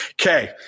Okay